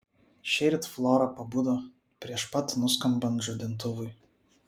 šįryt flora pabudo prieš pat nuskambant žadintuvui